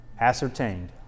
ascertained